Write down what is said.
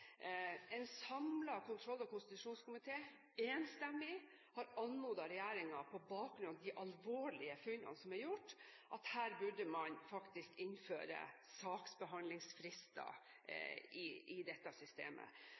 En samlet kontroll- og konstitusjonskomité har enstemmig anmodet regjeringen om, på bakgrunn av de alvorlige funnene som er gjort, at her burde man faktisk innføre saksbehandlingsfrister i systemet.